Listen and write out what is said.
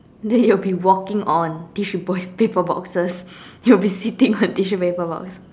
then you will be walking on tissue ball paper boxes you will be sitting on tissue paper box